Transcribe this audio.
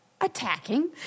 attacking